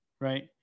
Right